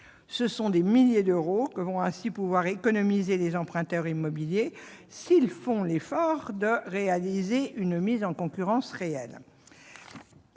Ce sont des milliers d'euros que vont ainsi pouvoir économiser les emprunteurs immobiliers, s'ils font l'effort de réaliser une mise en concurrence réelle.